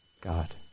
God